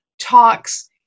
talks